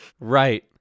right